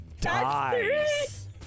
dies